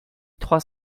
trois